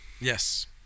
Yes